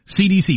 CDC